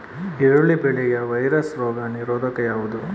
ಈರುಳ್ಳಿ ಬೆಳೆಯ ವೈರಸ್ ರೋಗ ನಿರೋಧಕ ಯಾವುದು?